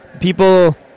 people